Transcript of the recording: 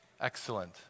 Excellent